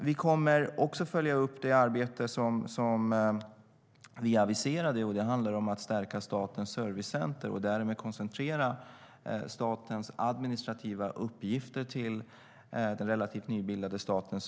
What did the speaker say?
Vi kommer för det andra att följa upp det arbete som vi aviserat om att stärka Statens servicecenter och därmed koncentrera statens administrativa uppgifter till denna relativt nybildade myndighet.